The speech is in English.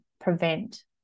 prevent